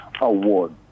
Award